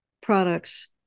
products